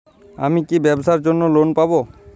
আমি কি ব্যবসার জন্য লোন পাব?